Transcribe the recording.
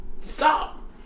stop